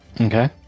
Okay